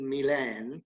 Milan